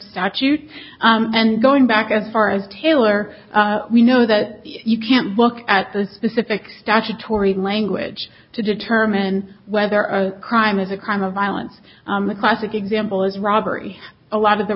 statute and going back as far as taylor we know that you can't look at the specific statutory language to determine whether a crime is a crime of violence the classic example is robbery a lot of the